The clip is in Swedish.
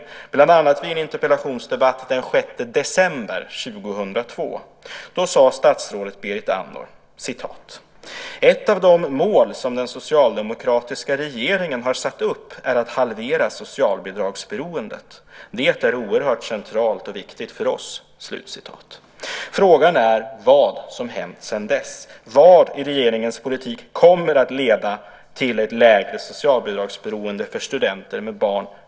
Det gjorde vi bland annat vid en interpellationsdebatt den 6 december 2002. Då sade statsrådet Berit Andnor: "Ett av de mål som den socialdemokratiska regeringen har satt upp är att halvera socialbidragsberoendet. Det är oerhört centralt och viktigt för oss." Frågan är vad som hänt sedan dess. Vad i regeringens politik kommer att leda till ett lägre socialbidragsberoende för studenter med barn?